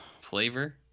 flavor